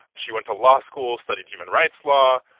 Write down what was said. she went to law school, studied human rights law.